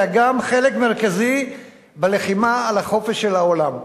גם חלק מרכזי בלחימה על החופש של העולם.